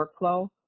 workflow